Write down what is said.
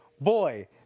boy